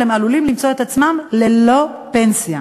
אבל הם עלולים למצוא את עצמם ללא פנסיה.